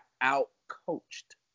out-coached